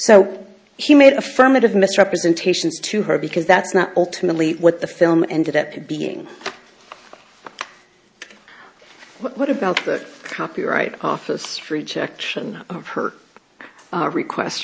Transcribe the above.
so she made affirmative misrepresentations to her because that's not ultimately what the film ended up being what about the copyright office rejection of her request